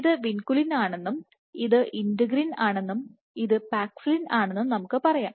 ഇത് വിൻകുലിൻ ആണെന്നും ഇത് ഇന്റെഗ്രിൻ ആണെന്നും ഇത് പാക്സിലിൻ ആണെന്നും നമുക്ക് പറയാം